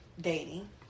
dating